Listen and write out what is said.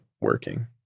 working